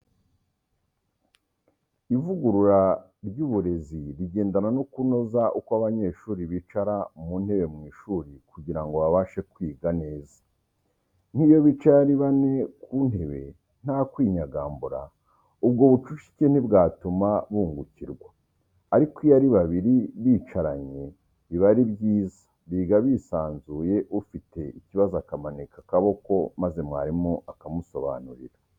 Ivugurura ry'uburezi rigendana no kunoza uko abanyeshuri bicara mu ntebe mu ishuri kugira ngo babashe kwiga neza, nk'iyo bicaye ari bane ku ntebe nta kwinyagagambura, ubwo bucucike ntibwatuma bungukirwa, ariko iyo ari babiri bicaranye biba ari byiza, biga bisanzuye, ufite ikibazo akamanika akaboko maze mwarimu akamusobanurira.